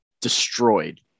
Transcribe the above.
destroyed